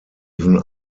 even